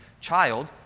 child